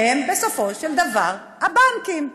שהם בסופו של דבר הבנקים.